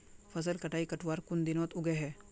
फसल कटाई करवार कुन दिनोत उगैहे?